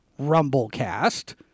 Rumblecast